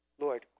Lord